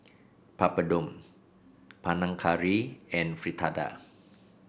Papadum Panang Curry and Fritada